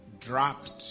dropped